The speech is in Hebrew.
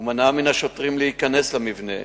ומנעה מהשוטרים להיכנס למבנה,